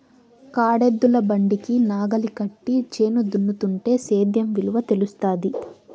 కాడెద్దుల బండికి నాగలి కట్టి చేను దున్నుతుంటే సేద్యం విలువ తెలుస్తాది